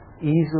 Easily